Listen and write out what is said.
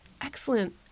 Excellent